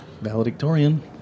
Valedictorian